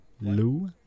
Lou